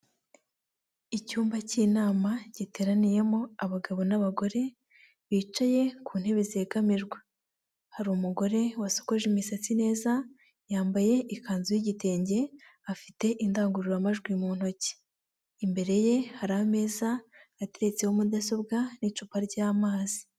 Icyumba cy'inama giteraniyemo abagabo n'abagore bicaye ku ntebe zegamirwa, hari umugore wasokoje imisatsi neza yambaye ikanzu y'igitenge afite indangururamajwi mu ntoki, imbere ye hari ameza ateretseho mudasobwa n'icupa ry'amazi.